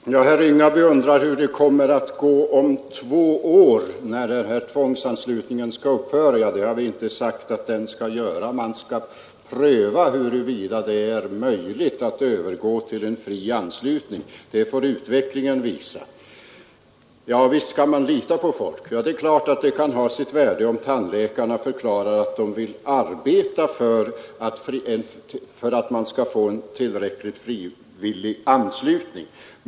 Fru talman! Herr Ringaby undrade hur det kommer att gå om två år, när tvångsanslutningen skall upphöra, men det har vi inte sagt att den skall göra. Vi skall pröva huruvida det är möjligt att gå över till en fri anslutning. Det får utvecklingen visa. Visst skall vi lita på människor, herr Ringaby, och givetvis kan det ha sitt värde att tandläkarna förklarar att de vill arbeta för en frivillig anslutning.